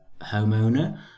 homeowner